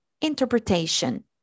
interpretation